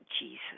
Jesus